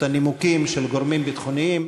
את הנימוקים של גורמים ביטחוניים